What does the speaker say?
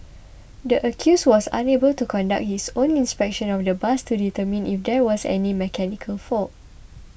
the accused was unable to conduct his own inspection of the bus to determine if there was any mechanical fault